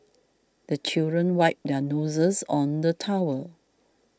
the children wipe their noses on the towel